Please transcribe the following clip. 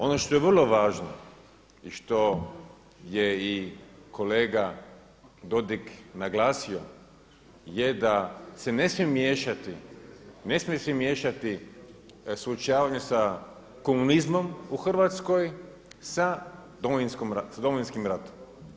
Ono što je vrlo važno i što je i kolega Dodig naglasio je da se ne smije miješati, ne smije se miješati suočavanje sa komunizmom u Hrvatskoj sa Domovinskim ratom.